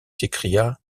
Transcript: s’écria